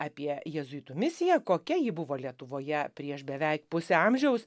apie jėzuitų misiją kokia ji buvo lietuvoje prieš beveik pusę amžiaus